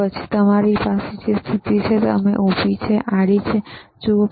પછી અમારી પાસે સ્થિતિ છે તમે ઊભી આડી જુઓ